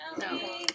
No